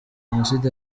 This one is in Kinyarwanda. jenoside